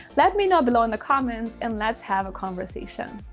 let me know below in the comments and let's have a conversation.